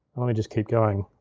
let me just keep going.